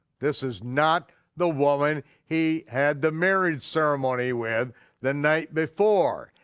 this is not the woman he had the marriage ceremony with the night before.